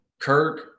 Kirk